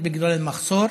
בגלל המחסור.